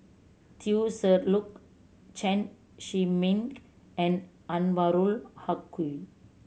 Teo Ser Luck Chen Zhiming and Anwarul Haque